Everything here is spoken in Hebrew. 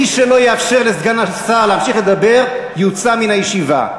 מי שלא יאפשר לסגן השר להמשיך לדבר יוצא מן הישיבה.